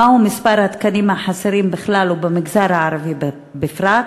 1. מה הוא מספר התקנים החסרים בכלל ובמגזר הערבי בפרט?